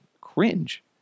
cringe